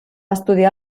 estudiar